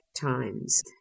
times